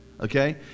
Okay